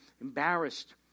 embarrassed